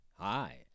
Hi